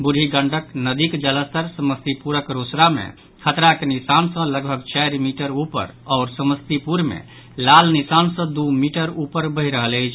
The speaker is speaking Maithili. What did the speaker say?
बूढ़ी गंडक नदीक जलस्तर समस्तीपुरक रोसड़ा मे खतराक निशान सँ लगभग चारि मीटर ऊपर आओर समस्तीपुर मे लाल निशान सँ दू मीटर ऊपर बहि रहल अछि